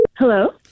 Hello